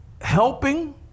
helping